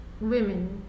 Women